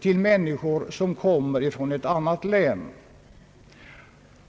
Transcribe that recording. till människor som kommer från ett annat län.